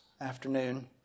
afternoon